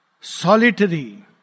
Solitary